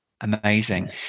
Amazing